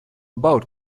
about